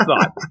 thought